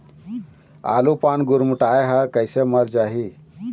आलू पान गुरमुटाए हर कइसे मर जाही?